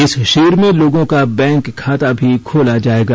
इस शिविर में लोगों का बैंक खाता भी खोला जाएगा